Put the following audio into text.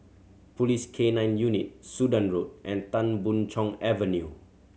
Police K Nine Unit Sudan Road and Tan Boon Chong Avenue